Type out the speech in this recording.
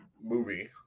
movie